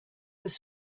was